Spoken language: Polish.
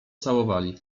całowali